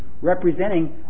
representing